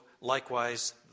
likewise